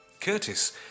Curtis